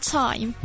time